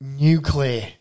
nuclear